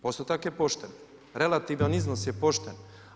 Postotak je pošten, relativni iznos je pošten.